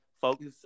Focus